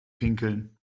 pinkeln